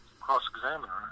cross-examiner